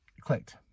Clicked